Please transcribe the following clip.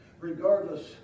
regardless